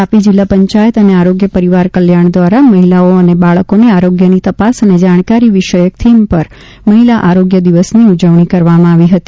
તાપી જિલ્લા પંચાયત આરોગ્ય પરિવાર કલ્યાણ દ્વારા મહિલાઓ અને બાળકોને આરોગ્યની તપાસ અને જાણકારી વિષયક થીમ ઉપર મહિલા આરોગ્ય દિવસની ઉજવણી કરવામાં આવી હતી